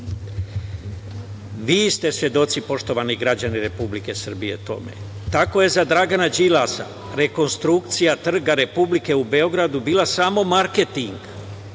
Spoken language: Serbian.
Vi ste svedoci, poštovani građani Republike Srbije, tome. Tako je za Dragana Đilasa rekonstrukcija Trga Republike u Beogradu bila samo marketing,